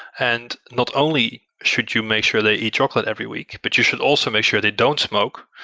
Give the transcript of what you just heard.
and not only should you make sure they eat chocolate every week, but you should also make sure they don't smoke,